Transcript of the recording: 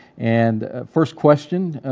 and first question,